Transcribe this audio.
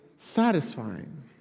satisfying